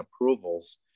approvals